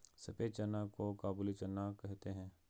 सफेद चना को काबुली चना कहते हैं